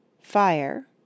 FIRE